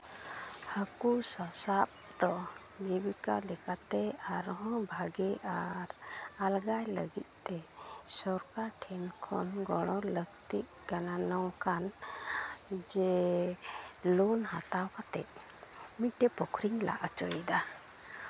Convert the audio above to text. ᱦᱟᱹᱠᱩ ᱥᱟᱥᱟᱵ ᱫᱚ ᱡᱤᱵᱤᱠᱟ ᱞᱮᱠᱟᱛᱮ ᱟᱨᱦᱚᱸ ᱵᱷᱟᱜᱮ ᱟᱨ ᱟᱞᱜᱟ ᱞᱟᱹᱜᱤᱫ ᱛᱮ ᱥᱚᱨᱠᱟᱨ ᱴᱷᱮᱱ ᱠᱷᱚᱱ ᱜᱚᱲᱚ ᱞᱟᱹᱠᱛᱤᱜ ᱠᱟᱱᱟ ᱱᱚᱝᱠᱟᱱ ᱡᱮ ᱞᱳᱱ ᱦᱟᱛᱟᱣ ᱠᱟᱛᱮ ᱢᱤᱫᱴᱮᱱ ᱯᱩᱠᱷᱨᱤᱧ ᱞᱟ ᱦᱚᱪᱚᱭᱮᱫᱟ